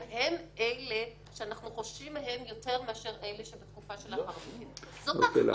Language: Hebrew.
הם אלה שאנחנו חוששים מהם יותר מאשר אלה שבתקופה שלאחר מכן.